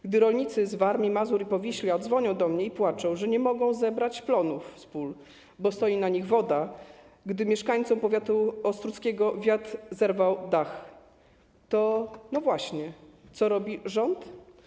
Gdy rolnicy z Warmii, Mazur i Powiśla dzwonią do mnie i płaczą, że nie mogą zebrać plonów z pól, bo stoi na nich woda, gdy mieszkańcom powiatu ostródzkiego wiatr zerwał dach, to - no właśnie - co robi rząd?